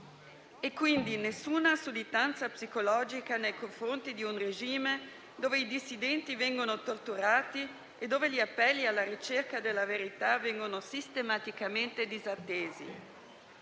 e, quindi, nessuna sudditanza psicologica nei confronti di un regime dove i dissidenti vengono torturati e dove gli appelli alla ricerca della verità vengono sistematicamente disattesi.